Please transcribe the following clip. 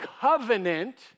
covenant